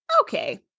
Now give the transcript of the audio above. okay